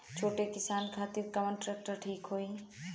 छोट किसान खातिर कवन ट्रेक्टर ठीक होई?